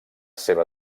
seva